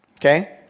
okay